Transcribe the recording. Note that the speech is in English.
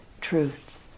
truth